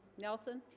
nelson